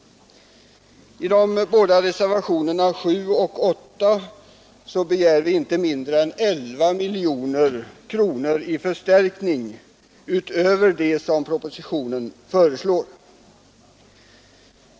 I de båda reservationerna 7 och 8 begär vi inte mindre än 11 milj kr. i förstärkning utöver vad propositionen föreslår.